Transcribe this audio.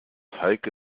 heike